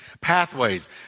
pathways